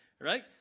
Right